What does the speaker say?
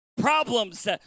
problems